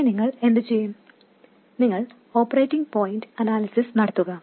പിന്നെ നിങ്ങൾ എന്തുചെയ്യും നിങ്ങൾ ഓപ്പറേറ്റിംഗ് പോയിന്റ് അനാലിസിസ് നടത്തുക